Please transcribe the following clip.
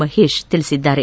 ಮಹೇಶ್ ತಿಳಿಸಿದ್ದಾರೆ